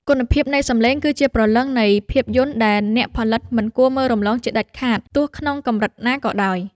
គុណភាពនៃសំឡេងគឺជាព្រលឹងនៃភាពយន្តដែលអ្នកផលិតមិនគួរមើលរំលងជាដាច់ខាតទោះក្នុងកម្រិតណាក៏ដោយ។